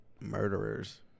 Murderers